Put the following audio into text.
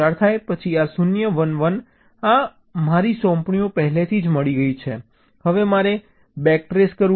પછી આ 0 1 1 આ મારી સોંપણીઓ પહેલેથી જ મળી છે હવે મારે બેક ટ્રેસ કરવું પડશે